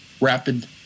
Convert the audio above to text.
rapid